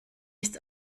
ist